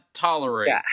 tolerate